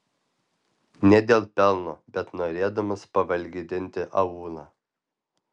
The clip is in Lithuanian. ne dėl pelno bet norėdamas pavalgydinti aūlą